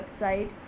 website